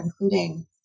including